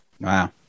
Wow